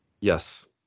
Yes